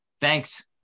Thanks